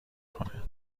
کنه